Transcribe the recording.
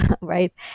right